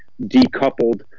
decoupled